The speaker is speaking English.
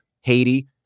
Haiti